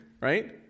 right